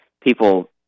people